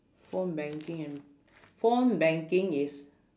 phone banking and phone banking is